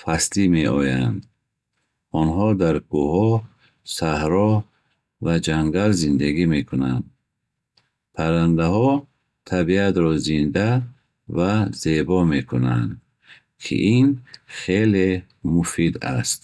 фаслӣ меоянд. Онҳо дар кӯҳҳо, саҳро ва ҷангал зиндагӣ мекунанд. Паррандаҳо табиатро зинда ва зебо мекунанд, ки ин хеле муфид аст.